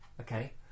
okay